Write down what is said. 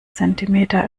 zentimeter